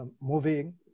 moving